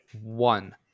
One